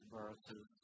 verses